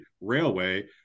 railway